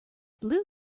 blue